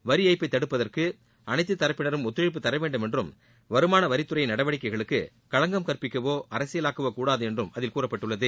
வரி ஏய்ப்பை தடுப்பதற்கு அனைத்து தரப்பினரும் ஒத்துழைப்பு தர வேண்டும் என்றும் வருமான வரித்துறையின் நடவடிக்கைகளுக்கு களங்கம் கற்பிக்கவோ அரசியலாக்கவோ கூடாது என்றும் அதில் கூறப்பட்டுள்ளது